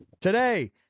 Today